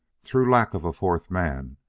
through lack of a fourth man,